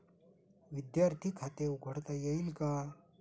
विद्यार्थी खाते उघडता येईल का?